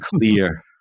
clear